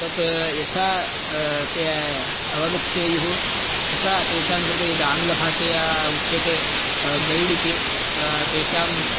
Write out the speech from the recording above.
तत् यथा ते अवगच्छेयुः तथा तेषां कृते यद् आङ्ग्लभाषया उच्यते गैड् इति तेषां